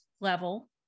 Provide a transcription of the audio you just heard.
level